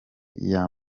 iya